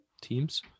teams